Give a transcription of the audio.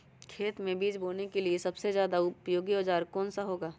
खेत मै बीज बोने के लिए सबसे ज्यादा उपयोगी औजार कौन सा होगा?